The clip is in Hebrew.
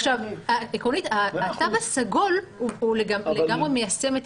עכשיו, עקרונית, התו הסגול הוא לגמרי מיישם את